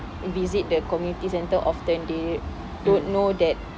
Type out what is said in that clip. visit their community centre often they don't know that